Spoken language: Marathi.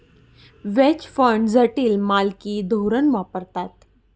व्हेज फंड जटिल मालकी धोरण वापरतात